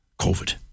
COVID